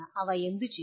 അവ എന്തു ചെയ്യും